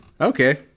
Okay